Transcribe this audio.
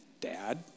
Dad